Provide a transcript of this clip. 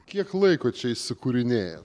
kiek laiko čia įsikūrinėjat